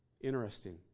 Interesting